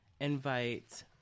invite